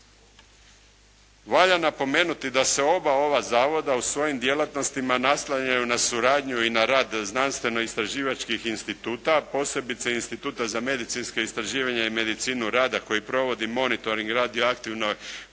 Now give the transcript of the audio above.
Valja napomenuti da se oba ova zavoda u svojim djelatnostima naslanjaju na suradnju i na rad znanstvenoistraživačkih instituta, a posebice Instituta za medicinska istraživanja i medicinu rada koji provodi monitoring i radioaktivnu kontaminaciju